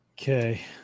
Okay